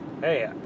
Hey